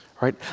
right